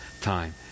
time